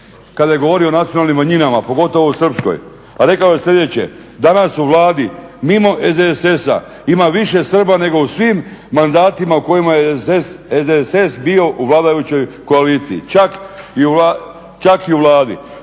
kada je govorio o nacionalnim manjinama, pogotovo o Srpskoj, a rekao je sljedeće. Danas u Vladi, mimo SDSS-a ima više Srba nego u svim mandatima u kojima je SDSS bio u vladajućoj koaliciji, čak i u Vladi.